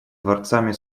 творцами